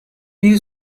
bir